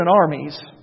armies